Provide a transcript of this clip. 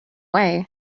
way